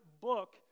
book